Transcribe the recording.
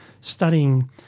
studying